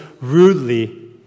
rudely